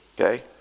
okay